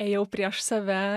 ėjau prieš save